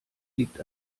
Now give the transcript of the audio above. liegt